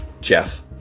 Jeff